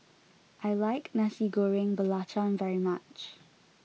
I like Nasi Goreng Belacan very much